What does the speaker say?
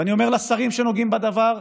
ואני אומר לשרים שנוגעים בדבר: